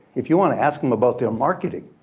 if you want to ask them about their marketing,